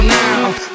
now